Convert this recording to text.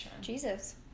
Jesus